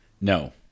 No